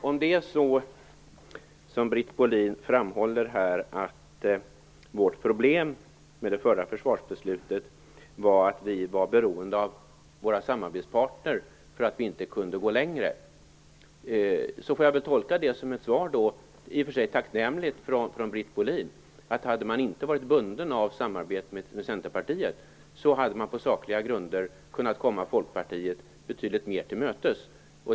Om det är så som Britt Bohlin framhåller här, att ert problem med det förra försvarsbeslutet var att ni var beroende av era samarbetspartner, vilket gjorde att ni inte kunde gå längre, så får jag väl tolka det som ett svar, i och för sig tacknämligt, från Britt Bohlin, att om ni inte varit bunden av samarbetet med Centerpartiet hade ni på sakliga grunder kunnat gå Folkpartiet betydligt mer till mötets.